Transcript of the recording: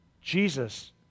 Jesus